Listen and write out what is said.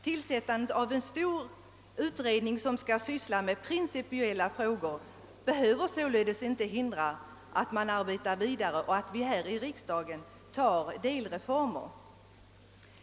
Tillsättandet av en stor utredning som skall syssla med principiella frågor behöver således inte hindra att man arbetar vidare och att vi här i riksdagen tar delreformer.